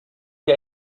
sie